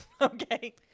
Okay